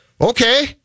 okay